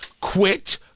Quit